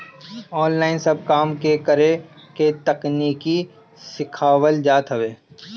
online सब काम के करे के तकनीकी सिखावल जात हवे